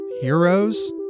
heroes